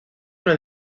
una